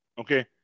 okay